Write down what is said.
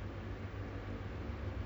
you know bulanan